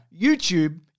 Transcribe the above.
YouTube